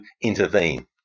intervene